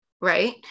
right